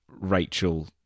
Rachel